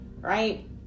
Right